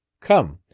come,